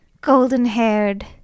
golden-haired